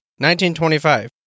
1925